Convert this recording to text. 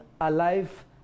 alive